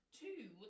two